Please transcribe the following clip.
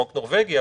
בחוק נורווגי,